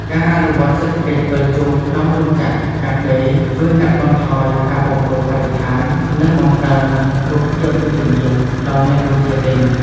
ការអនុវត្តសេដ្ឋកិច្ចវិលជុំក្នុងរោងចក្រកាត់ដេរជួយកាត់បន្ថយការបំពុលបរិស្ថាន និងបង្កើនរូបភាពវិជ្ជមានដល់អ្នកបញ្ជាទិញ។